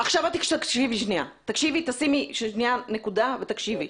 עכשיו תשימי נקודה ותקשיבי.